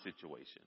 situation